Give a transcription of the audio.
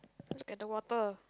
look at the water